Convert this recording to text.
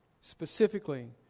Specifically